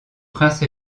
prince